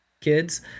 kids